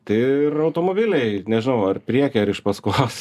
tai ir automobiliai nežinau ar prieky ar iš paskos